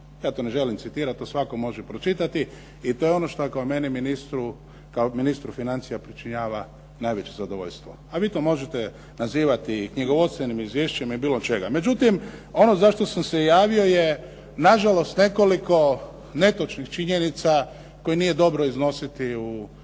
Ja to ne želim citirat, to svatko može pročitati i to je ono što meni kao ministru financija pričinjava najveće zadovoljstvo, a vi to možete nazivati knjigovodstvenim izvješćima i bilo čega. Međutim, ono za što sam se javio je nažalost nekoliko netočnih činjenica koje nije dobro iznositi u